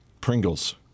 Pringles